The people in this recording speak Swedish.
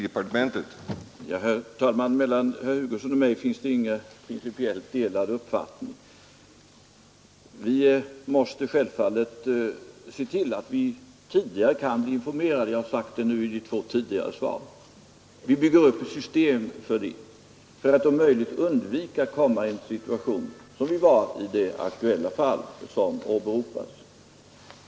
Herr talman! Mellan herr Hugosson och mig finns det i princip inga delade uppfattningar. Självfallet måste vi se till att bli informerade tidigare. Det har jag också sagt i de två tidigare svaren. Nu bygger vi också upp ett system för att om möjligt undvika att hamna i samma situation som i det aktuella fall som här har åberopats.